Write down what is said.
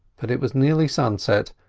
but it was nearly sunset,